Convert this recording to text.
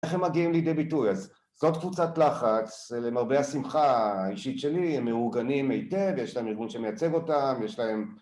איך הם מגיעים לידי ביטוי? אז זאת קבוצת לחץ, למרבה השמחה האישית שלי, הם מאורגנים היטב, יש להם ארגון שמייצג אותם, יש להם